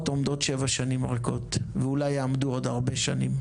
עומדות שבע שנים ריקות ואולי יעמדו עוד הרבה שנים.